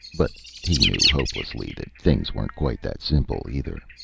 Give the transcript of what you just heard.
but he knew hopelessly that things weren't quite that simple, either.